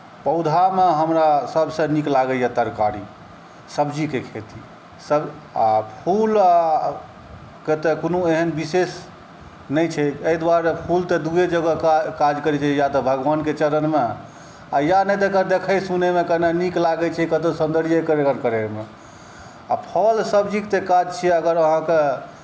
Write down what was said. पौधामे हमरा सभसँ नीक लागैए तरकारी सब्जीके खेती आ फूल के तऽ कोनो एहन विशेष नहि छै एहि दुआरे फूल तऽ दूए जगह काज करैत छै या तऽ भगवानके चरणमे आ या नहि तऽ देखै सुनैमे कने नीक लागैत छै कतहु सौन्दर्यीकरण करैमे आ फल सब्जीके तऽ काज छियै अगर अहाँके